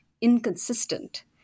inconsistent